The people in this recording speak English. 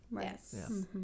Yes